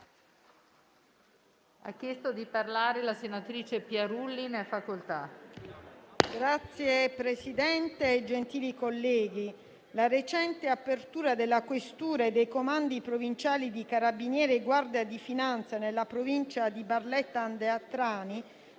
la recente apertura della questura e dei comandi provinciali di Carabinieri e Guardia di finanza nella Provincia di Barletta-Andria-Trani